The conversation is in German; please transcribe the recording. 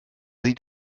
sieht